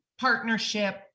partnership